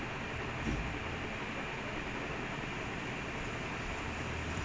orh it's in tamil as in err english in tamil it's quite complicated but you